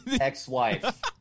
ex-wife